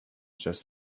just